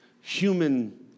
human